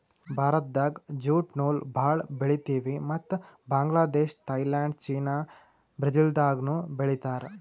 ಭಾರತ್ದಾಗ್ ಜ್ಯೂಟ್ ನೂಲ್ ಭಾಳ್ ಬೆಳಿತೀವಿ ಮತ್ತ್ ಬಾಂಗ್ಲಾದೇಶ್ ಥೈಲ್ಯಾಂಡ್ ಚೀನಾ ಬ್ರೆಜಿಲ್ದಾಗನೂ ಬೆಳೀತಾರ್